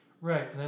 Right